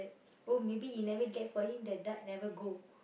oh maybe he never get for me the duck never go